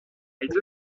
devient